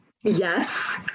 Yes